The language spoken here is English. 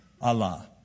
Allah